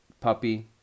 puppy